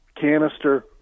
canister